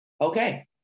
okay